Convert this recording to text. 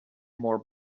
more